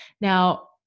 Now